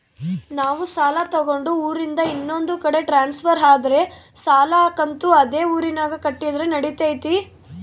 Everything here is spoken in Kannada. ನಾವು ಸಾಲ ತಗೊಂಡು ಊರಿಂದ ಇನ್ನೊಂದು ಕಡೆ ಟ್ರಾನ್ಸ್ಫರ್ ಆದರೆ ಸಾಲ ಕಂತು ಅದೇ ಊರಿನಾಗ ಕಟ್ಟಿದ್ರ ನಡಿತೈತಿ?